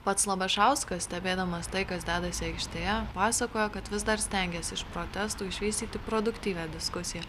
pats labašauskas stebėdamas tai kas dedasi aikštėje pasakoja kad vis dar stengiasi iš protestų išvystyti produktyvią diskusiją